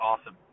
Awesome